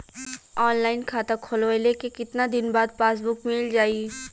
Online खाता खोलवईले के कितना दिन बाद पासबुक मील जाई?